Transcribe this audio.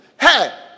Hey